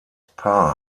paar